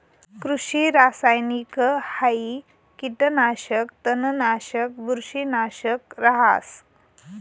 कृषि रासायनिकहाई कीटकनाशक, तणनाशक, बुरशीनाशक रहास